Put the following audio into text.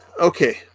Okay